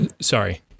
sorry